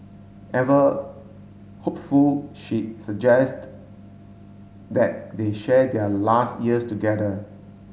ever hopeful she suggest that they share their last years together